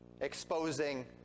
exposing